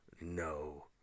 no